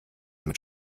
mit